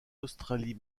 australie